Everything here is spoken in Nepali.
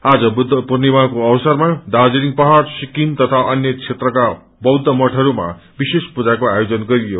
आज बुद्ध पूर्णिमाको अवसरमा दाज्रीलिङ पाहाङ सिक्किम तगी अन्य क्षेत्रमा बौद्ध मठहरूमा विशेष पूजाको आयोजन गरियो